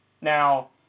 Now